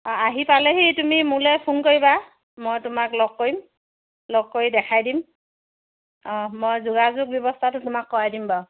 অঁ আহি পালেহি তুমি মোলে ফোন কৰিবা মই তোমাক লগ কৰিম লগ কৰি দেখাই দিম অঁ মই যোগাযোগ ব্যৱস্থাটো তোমাক কৰাই দিম বাৰু